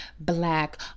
black